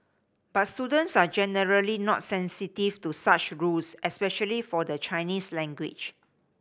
but students are generally not sensitive to such rules especially for the Chinese language